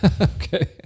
Okay